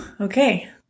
okay